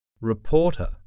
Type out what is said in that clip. Reporter